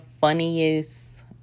funniest